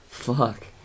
Fuck